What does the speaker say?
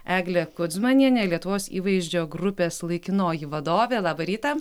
eglė kudzmanienė lietuvos įvaizdžio grupės laikinoji vadovė labą rytą